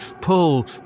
pull